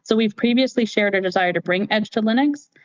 so we've previously shared a desire to bring edge to linux,